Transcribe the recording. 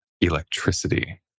electricity